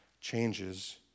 changes